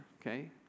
okay